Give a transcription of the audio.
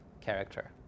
character